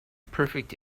perfect